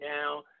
now